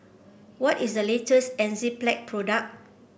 what is the latest Enzyplex product